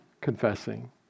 confessing